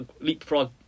leapfrog